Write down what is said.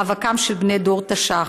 מאבקם של בני דור תש"ח.